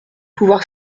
pouvoir